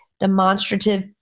demonstrative